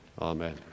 Amen